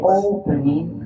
opening